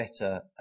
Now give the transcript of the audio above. better